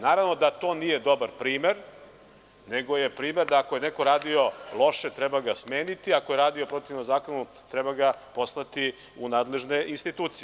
Naravno da to nije dobar primer, nego je primer da ako je neko radio loše, treba ga smeniti, ako je radio protivno zakonu, treba ga poslati u nadležne institucije.